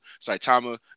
Saitama